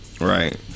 Right